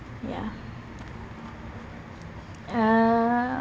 ya uh